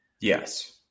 Yes